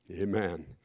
Amen